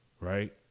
right